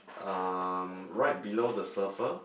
um right below the surfer